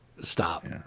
stop